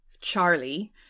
Charlie